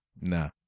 nah